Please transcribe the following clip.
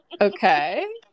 Okay